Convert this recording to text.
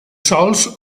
sòls